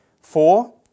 Four